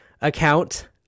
account